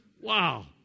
Wow